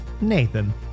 Nathan